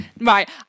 right